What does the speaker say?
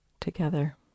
together